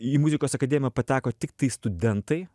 į muzikos akademiją pateko tiktai studentai